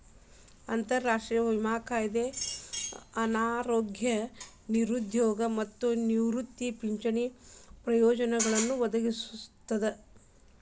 ರಾಷ್ಟ್ರೇಯ ವಿಮಾ ಕಾಯ್ದೆ ಅನಾರೋಗ್ಯ ನಿರುದ್ಯೋಗ ಮತ್ತ ನಿವೃತ್ತಿ ಪಿಂಚಣಿ ಪ್ರಯೋಜನಗಳನ್ನ ಒದಗಿಸ್ತದ